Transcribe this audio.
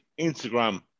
Instagram